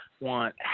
want